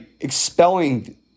expelling